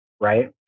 right